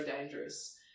dangerous